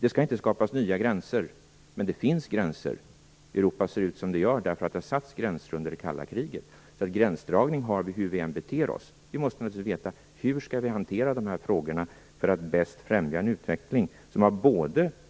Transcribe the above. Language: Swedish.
Det skall inte skapas nya gränser. Men det finns gränser. Europa ser ut som det gör därför att det har satts gränser under det kalla kriget. Gränsdragning har vi hur vi än beter oss. Vi måste veta hur vi skall hantera dessa frågor för att bäst främja en utveckling som